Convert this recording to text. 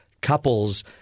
couples